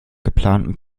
geplanten